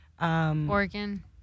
Oregon